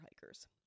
hikers